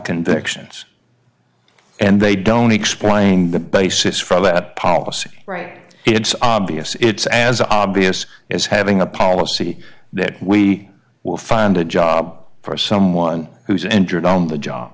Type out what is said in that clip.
convictions and they don't explain the basis for that policy right it's obvious it's as obvious as having a policy that we will find a job for someone who's injured on the job